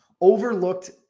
overlooked